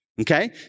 okay